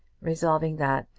resolving that,